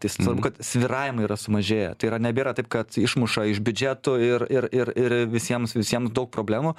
tai svarbu kad svyravimai yra sumažėję tai yra nebėra taip kad išmuša iš biudžeto ir ir ir ir visiems visiems daug problemų